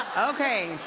okay.